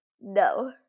no